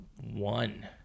one